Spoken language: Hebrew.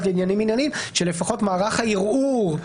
לעניינים מינהליים." לפחות שמערך הערעור,